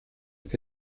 che